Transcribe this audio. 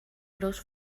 gros